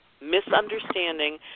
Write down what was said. misunderstanding